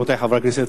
רבותי חברי הכנסת,